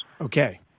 Okay